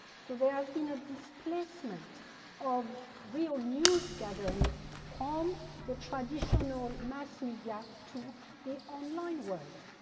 so there has been a displacement of real news gathering from the traditional mass media to the online world.